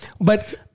But-